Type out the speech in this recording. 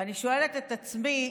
ואני שואלת את עצמי,